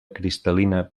cristal·lina